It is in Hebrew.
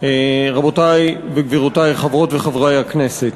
רבותי וגבירותי חברות וחברי הכנסת,